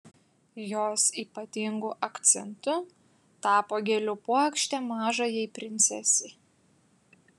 jos ypatingu akcentu tapo gėlių puokštė mažajai princesei